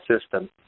system